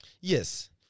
Yes